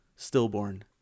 stillborn